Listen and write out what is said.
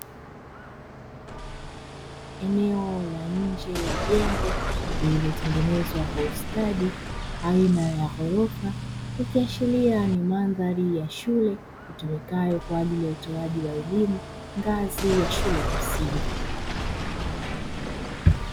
Eneo la nje ya jengo lililo tengenezwa kwa ustadi aina ya ghorofa, ikiashiria ni mandhari ya shule itumikayo kwa ajili ya utoaji wa elimu ngazi ya shule ya msingi.